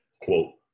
quote